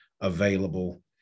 available